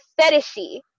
fetishy